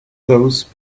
those